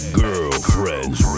girlfriends